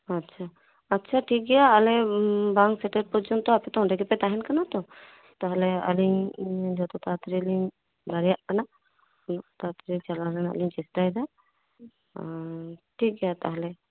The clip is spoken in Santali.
ᱟᱪᱪᱷᱟ ᱟᱪᱪᱷᱟ ᱴᱷᱤᱠ ᱜᱮᱭᱟ ᱟᱞᱮ ᱵᱟᱝ ᱥᱮᱴᱮᱨ ᱯᱮᱨᱡᱚᱱᱛᱚ ᱟᱯᱮ ᱛᱚ ᱚᱸᱰᱮ ᱜᱮᱯᱮ ᱛᱟᱸᱦᱮᱱ ᱠᱟᱱᱟ ᱛᱚ ᱛᱟᱦᱞᱮ ᱟᱹᱞᱤᱧ ᱡᱚᱛᱚ ᱛᱟᱲᱟᱛᱟᱹᱲᱤᱞᱤᱧ ᱫᱟᱲᱮᱭᱟᱜ ᱠᱟᱱᱟ ᱩᱱᱟᱹᱜ ᱛᱟᱲᱟᱛᱟᱹᱲᱤ ᱪᱟᱞᱟᱣ ᱨᱮᱱᱟᱜ ᱞᱤᱧ ᱪᱮᱥᱴᱟᱭᱫᱟ ᱟᱨ ᱴᱷᱤᱠ ᱜᱮᱭᱟ ᱛᱟᱦᱞᱮ